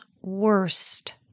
worst